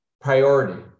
priority